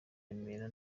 remera